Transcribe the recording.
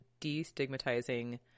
destigmatizing